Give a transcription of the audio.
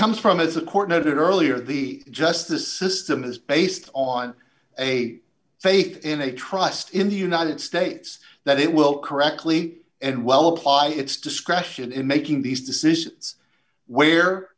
comes from as the court noted earlier the justice system is based on a faith in a trust in the united states that it will correctly and well apply its discretion in making these decisions where